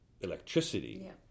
electricity